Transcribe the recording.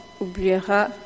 oubliera